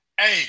Hey